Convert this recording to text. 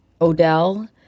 Odell